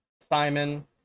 Simon